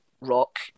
rock